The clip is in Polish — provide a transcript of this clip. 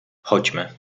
chodźmy